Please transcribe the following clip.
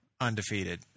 undefeated